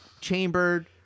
chambered